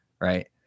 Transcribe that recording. right